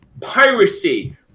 piracy